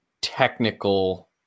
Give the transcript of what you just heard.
technical